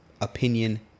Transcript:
opinion